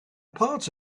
part